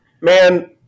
Man